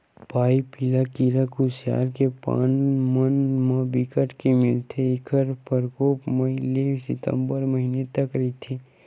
पाइपिला कीरा कुसियार के पाना मन म बिकट के मिलथे ऐखर परकोप मई ले सितंबर महिना तक रहिथे